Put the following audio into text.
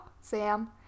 Sam